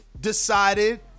decided